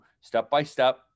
step-by-step